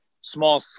small